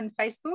Facebook